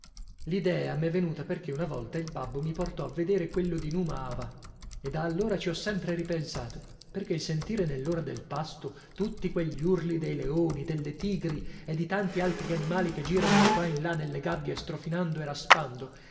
bene l'idea m'è venuta perché una volta il babbo mi portò a vedere quello di numa hava e da allora ci ho sempre ripensato perché il sentire nell'ora del pasto tutti quegli urli dei leoni delle tigri e di tanti altri animali che girano in qua e in là nelle gabbie stronfiando e raspando